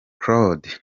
claude